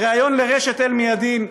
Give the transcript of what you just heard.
בריאיון לרשת "אל-מיאדין",